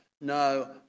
No